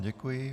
Děkuji.